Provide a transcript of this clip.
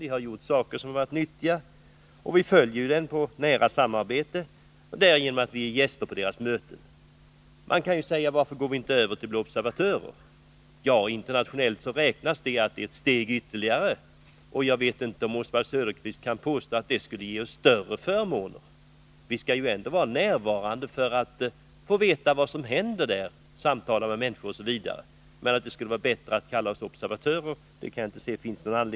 Den har gjort en del nyttiga saker. Vi följer dess verksamhet som gäster på dess möten. Man kan naturligtvis fråga varför vi inte går över till att bli observatörer. Internationellt räknas det som ett steg närmare medlemskap. Jag vet inte om Oswald Söderqvist vill påstå att ställningen som observatör skulle ge oss större förmåner. Vi skall ju ändå vara närvarande för att få veta vad som händer där, samtala med människor osv.